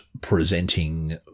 presenting